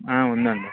ఉందండి